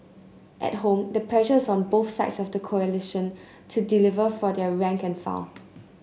at home the pressure is on both sides of the coalition to deliver for their rank and file